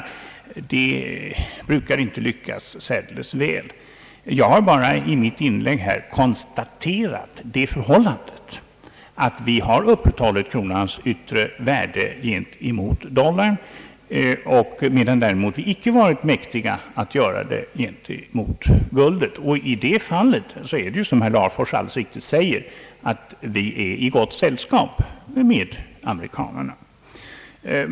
Det brukar inte lyckas särdeles väl. Jag har bara i mitt inlägg konstaterat det förhållandet, att vi har upprätthållit kronans yttre värde gentemot dollarn, medan vi däremot icke har varit mäktiga att göra det gentemot guldet. I det avseendet är det alldeles riktigt som herr Larfors säger, att vi är i gott sällskap med amerikanarna.